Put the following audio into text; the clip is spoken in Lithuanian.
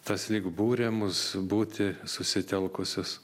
tas lyg būrė mus būti susitelkusius